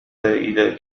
إلى